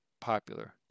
popular